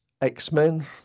X-Men